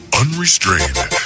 unrestrained